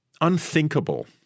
unthinkable